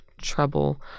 trouble